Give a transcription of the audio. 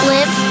Live